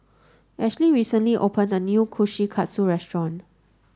Ashley recently opened a new Kushikatsu restaurant